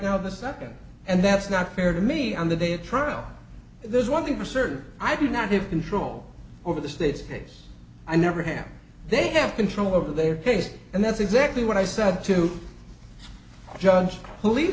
now the second and that's not fair to me on the day of trial there's one thing for certain i do not have control over the state's case i never hand they have control over their case and that's exactly what i said to judge